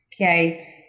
Okay